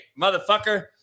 Motherfucker